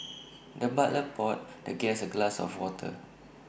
the butler poured the guest A glass of water